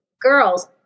girls